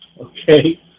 okay